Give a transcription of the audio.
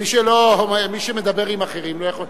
מי שמדבר עם אחרים לא יכול לשמוע.